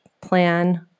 plan